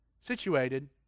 Situated